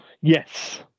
yes